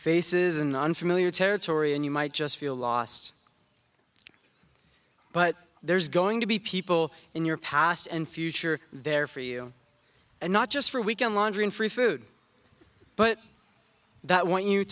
faces and unfamiliar territory and you might just feel lost but there's going to be people in your past and future there for you and not just for weekend laundry and free food but that want you